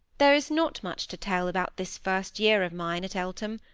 there is not much to tell about this first year of mine at eltham.